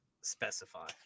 specify